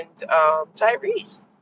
Tyrese